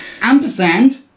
Ampersand